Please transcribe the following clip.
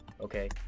okay